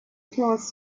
draws